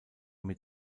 mit